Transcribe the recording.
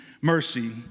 mercy